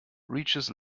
reaches